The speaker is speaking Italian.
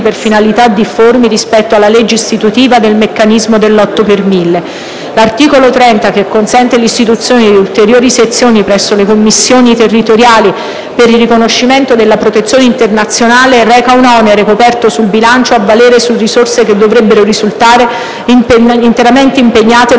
per finalità difformi rispetto alla legge istitutiva del meccanismo dell'otto per mille; - l'articolo 30 - che consente l'istituzione di ulteriori sezioni presso le Commissioni territoriali per il riconoscimento della protezione internazionale - reca un onere coperto sul bilancio a valere su risorse che dovrebbero risultare interamente impegnate